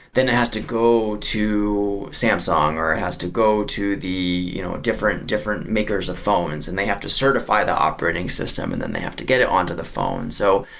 then it has to go to samsung or it has to go the you know different different makers of phones and they have to certify the operating system and then they have to get it on to the phone so,